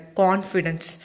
confidence